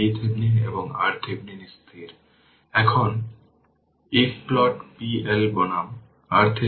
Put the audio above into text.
তাই বা এটি ক্যাপাসিটরের মতোই L এর কাছে একটি প্রশ্ন আমি এই প্রশ্নটি রেখেছি